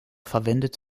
verwendet